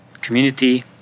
community